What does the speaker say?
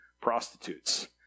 prostitutes